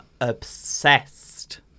obsessed